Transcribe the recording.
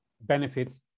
benefits